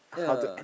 yeah